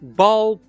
ball